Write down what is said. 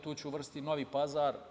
Tu ću da uvrstim i Novi Pazar.